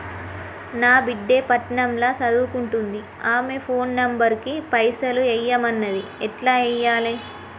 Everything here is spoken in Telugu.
నా బిడ్డే పట్నం ల సదువుకుంటుంది ఆమె ఫోన్ నంబర్ కి పైసల్ ఎయ్యమన్నది ఎట్ల ఎయ్యాలి?